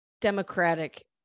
democratic